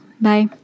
Bye